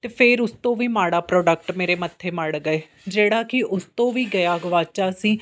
ਅਤੇ ਫਿਰ ਉਸ ਤੋਂ ਵੀ ਮਾੜਾ ਪ੍ਰੋਡਕਟ ਮੇਰੇ ਮੱਥੇ ਮੜ ਗਏ ਜਿਹੜਾ ਕਿ ਉਸ ਤੋਂ ਵੀ ਗਿਆ ਗਵਾਚਿਆ ਸੀ